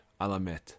Alamet